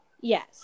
Yes